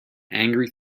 angry